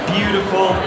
Beautiful